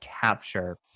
capture